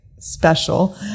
special